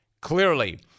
Clearly